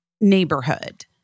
neighborhood